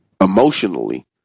emotionally